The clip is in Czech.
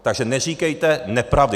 Takže neříkejte nepravdy.